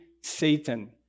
Satan